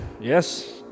Yes